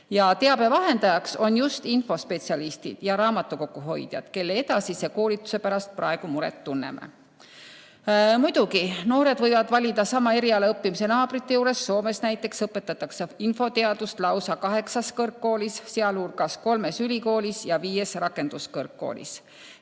Ja teabe vahendajaks on just infospetsialistid ja raamatukoguhoidjad, kelle edasise koolituse pärast praegu muret tunneme. Muidugi, noored võivad valida sama eriala õppimise naabrite juures. Soomes näiteks õpetatakse infoteadust lausa kaheksas kõrgkoolis, sealhulgas kolmes ülikoolis ja viies rakenduskõrgkoolis.